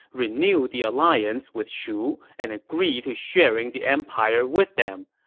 renew the alliance with shu and agree to sharing the empire with them.